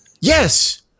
yes